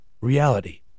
reality